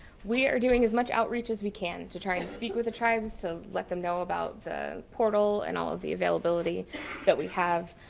we are doing as much outreach as we can to try to speak with the tribes, to let them know about the portal and all of the availability that we have.